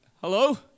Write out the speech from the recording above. Hello